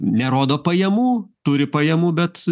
nerodo pajamų turi pajamų bet